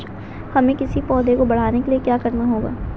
हमें किसी पौधे को बढ़ाने के लिये क्या करना होगा?